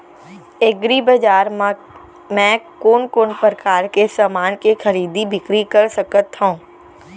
एग्रीबजार मा मैं कोन कोन परकार के समान के खरीदी बिक्री कर सकत हव?